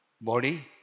body